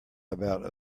about